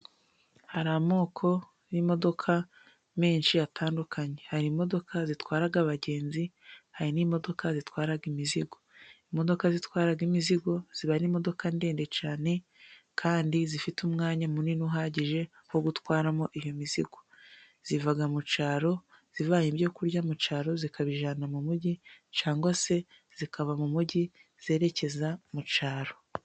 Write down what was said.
Hari amoko y'imodoka menshi atandukanye, hari imodoka zitwara abagenzi, hari n'imodoka zitwara imizigo. Imodoka zitwara imizigo ziba Ari imodoka ndende cyane kandi zifite umwanya munini uhagije wo gutwaramo iyo mizigo ,ziva mu cyaro zivanye ibyo kurya mu cyaro zikabijyana mu mujyi cyangwa se zikava mu mujyi zerekeza mu cyaro.